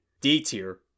D-Tier